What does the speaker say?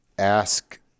Ask